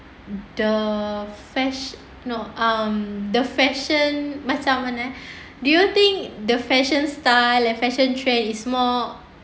the fash~ no um the fashion macam mana eh do you think the fashion style and fashion trend is more